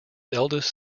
eldest